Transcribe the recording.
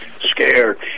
scared